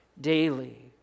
daily